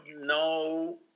no